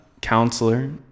counselor